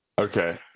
Okay